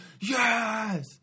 Yes